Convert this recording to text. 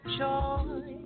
joy